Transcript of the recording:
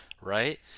Right